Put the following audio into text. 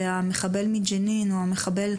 במחבל מג'נין או במחבלים,